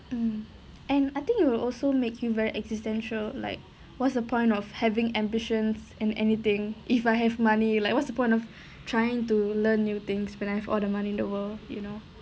mm and I think you will also make you very existential like what's the point of having ambitions and anything if I have money like what's the point of trying to learn new things when I have all the money in the world